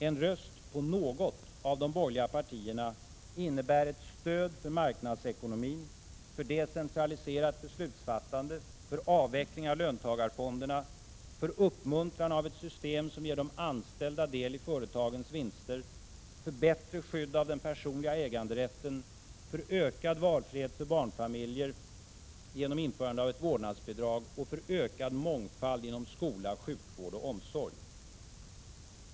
En röst på något av de borgerliga partierna innebär ett stöd för marknadsekonomin, för decentraliserat beslutsfattande, för avveckling av löntagarfonderna, för uppmuntran av system som ger de anställda del i företagens vinster, för bättre skydd av den personliga äganderätten, för ökad valfrihet för barnfamiljer genom införande av vårdnadsbidrag och för ökad mångfald inom t.ex. skola, sjukvård och omsorg.